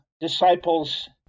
disciples